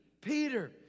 Peter